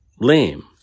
lame